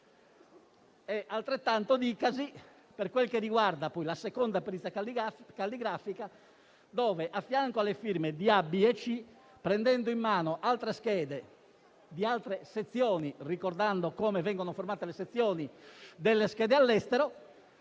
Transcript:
Altrettanto dicasi per quel che riguarda la seconda perizia calligrafica, dalla quale, prendendo in mano altre schede di altre sezioni - ricordando come vengono formate le sezioni delle schede all'estero